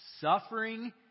suffering